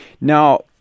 Now